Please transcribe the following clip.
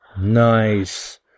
nice